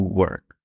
work